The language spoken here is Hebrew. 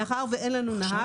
מאחר ואין לנו נהג,